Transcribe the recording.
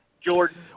Jordan